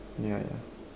yeah yeah